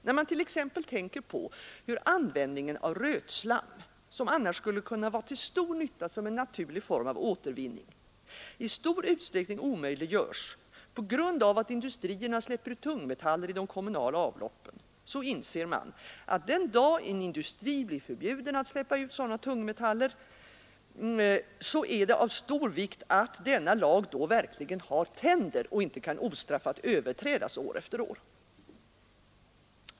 När man t.ex. tänker på hur användningen av rötslam, som annars skulle kunna vara till stor nytta som en naturlig form av återvinning, i stor utsträckning omöjliggörs på grund av att industrierna släpper ut tungmetaller i de kommunala avloppen, så inser man att den dag en industri blir förbjuden att släppa ut sådana tungmetaller är det av stor vikt att denna lag verkligen har tänder och inte ostraffat kan överträdas år efter år.